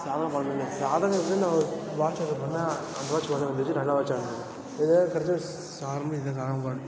சாதாரண குவாலிட்டி தான் சாதாரணமாக தான் நான் வாட்ச் வந்து பண்ணேன் அந்த வாட்ச் ஓடாமல் போய்டுச்சு நல்ல வாட்ச்சாக ஏதாவது கிடச்சா நார்மல் இதுதான் நார்மல்